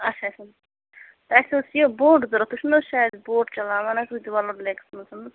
اچھا اچھا تہٕ اَسہِ اوس یہِ بوٹ ضوٚرَتھ تُہۍ چھِو نَہ حظ شاید بوٹ چلاوان ہُتہِ وۄلُر لٮ۪کس منٛز